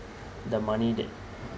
the money that